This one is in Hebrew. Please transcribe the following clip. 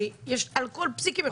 הרי על כל פסיק הם יכולים לבלום אותי.